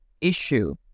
issue